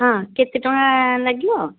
ହଁ କେତେ ଟଙ୍କା ଲାଗିବ